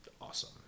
awesome